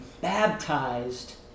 baptized